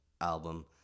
album